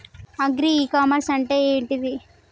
Agri e commerce అంటే ఏంటిది?